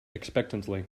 expectantly